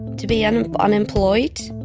to be and unemployed.